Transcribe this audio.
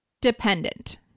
dependent